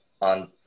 on